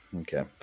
Okay